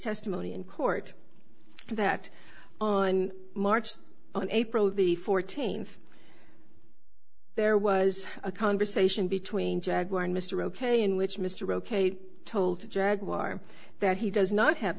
testimony in court that on march on april the fourteenth there was a conversation between jaguar and mr ok in which mr ok told jaguar that he does not have